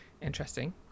Interesting